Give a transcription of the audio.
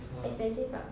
expensive tak